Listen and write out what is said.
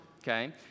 Okay